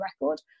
record